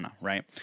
Right